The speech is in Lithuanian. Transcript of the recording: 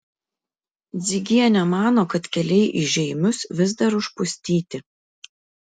dzigienė mano kad keliai į žeimius vis dar užpustyti